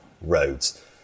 roads